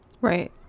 Right